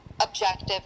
objective